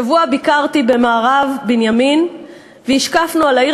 השבוע ביקרתי במערב-בנימין והשקפנו על העיר